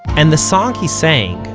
and the song he sang,